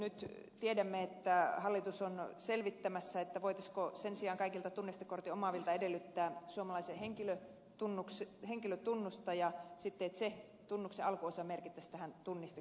nyt tiedämme että hallitus on selvittämässä voitaisiinko sen sijaan kaikilta tunnistekortin omaavilta edellyttää suomalaista henkilötunnusta ja sitä että se tunnuksen alkuosa merkittäisiin tähän tunnistekorttiin